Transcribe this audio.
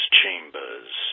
chambers